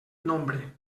nombre